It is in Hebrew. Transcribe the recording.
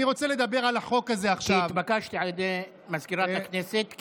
כי התבקשתי על ידי מזכירת הכנסת,